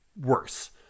worse